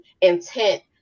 intent